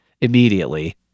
immediately